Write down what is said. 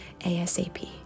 ASAP